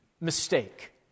mistake